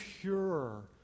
purer